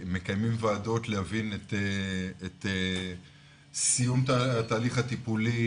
מקיימים ועדות להבין את סיום התהליך הטיפולי,